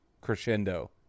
crescendo